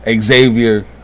Xavier